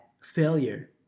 failure